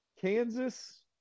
Kansas